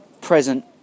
present